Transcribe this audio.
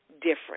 different